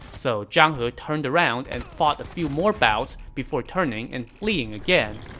so zhang he turned around and fought a few more bouts before turning and fleeing again.